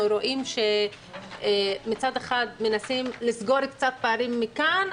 רואים שמצד אחד מנסים לסגור קצת פערים מכאן,